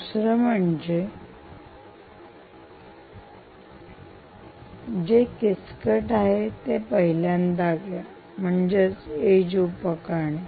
दुसरा म्हणजे आहे जे किचकट आहे ते पहिल्यांदा घ्या म्हणजे EDGE उपकरणे